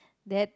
that